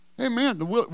Amen